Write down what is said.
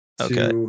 Okay